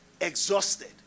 exhausted